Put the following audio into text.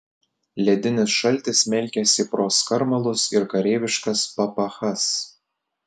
ledinis šaltis smelkėsi pro skarmalus ir kareiviškas papachas